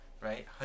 Right